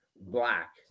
black